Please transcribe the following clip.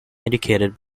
indicated